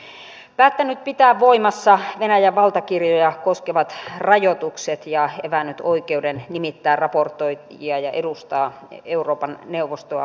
yleiskokous on päättänyt pitää voimassa venäjän valtakirjoja koskevat rajoitukset ja evännyt oikeuden nimittää raportoijia ja edustaa euroopan neuvostoa muissa järjestöissä